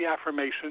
affirmation